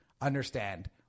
understand